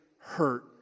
hurt